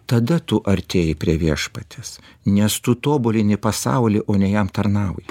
tada tu artėji prie viešpaties nes tu tobulini pasaulį o ne jam tarnauji